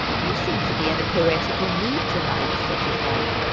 you seem to be in a poetical mood to-night, said his wife.